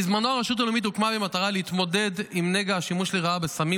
בזמנו הרשות הלאומית הוקמה במטרה להתמודד עם נגע השימוש לרעה בסמים